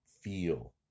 feel